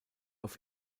auf